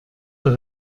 der